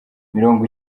mirongo